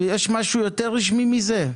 יש משהו יותר רשמי מזה?